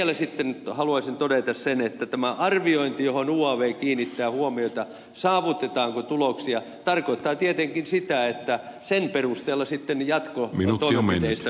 vielä sitten haluaisin todeta sen että tämä arviointi johon uav kiinnittää huomiota saavutetaanko tuloksia tarkoittaa tietenkin sitä että sen perusteella sitten jatkotoimenpiteistä vedetään arvioita